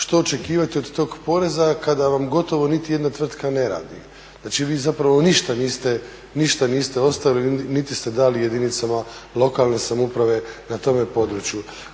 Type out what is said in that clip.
što očekivati od tog poreza kada vam gotovo niti jedna tvrtka ne radi. Znači vi zapravo ništa niste, ništa niste ostavili niti ste dali jedinicama lokalne samouprave na tome području.